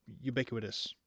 ubiquitous